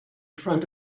front